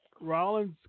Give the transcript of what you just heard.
Rollins